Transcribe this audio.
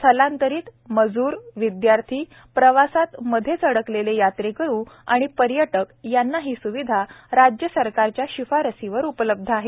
स्थलांतरित मजूर विद्यार्थी प्रवासात मधेच अडकलेले यात्रेकरु आणि पर्यटक यांना ही स्विधा राज्यसरकारच्या शिफारसीवर उपलब्ध आहे